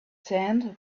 sand